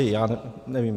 Já nevím.